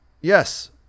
Yes